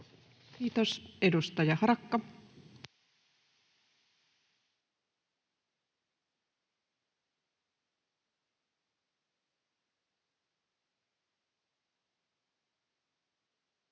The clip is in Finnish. Kiitos. — Edustaja Harakka.